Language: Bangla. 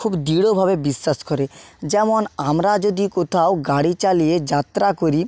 খুব দৃঢ় ভাবে বিশ্বাস করে যেমন আমরা যদি কোথাও গাড়ি চালিয়ে যাত্রা করি